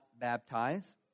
baptize